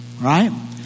right